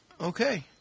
Okay